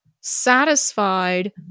satisfied